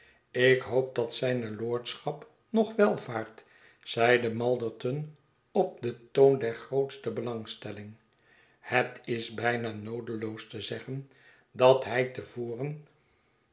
ik hoop dat zijne lordschap nog wel vaart zeide malderton op den toon der grootste belangstelling het is bijna noodeloos te zeggen dat hij